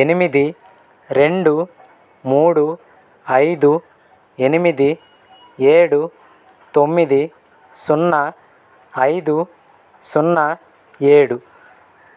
ఎనిమిది రెండు మూడు ఐదు ఎనిమిది ఏడు తొమ్మిది సున్నా ఐదు సున్నా ఏడు